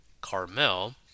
Carmel